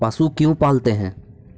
पशु क्यों पालते हैं?